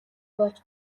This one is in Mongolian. болж